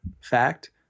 fact